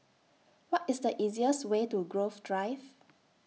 What IS The easiest Way to Grove Drive